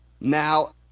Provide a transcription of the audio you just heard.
Now